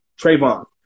Trayvon